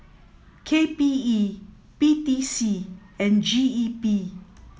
K P E P T C and G E P